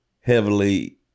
heavily